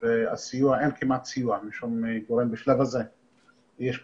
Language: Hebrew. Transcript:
יש את הכפרים המוכרים בעיר רהט,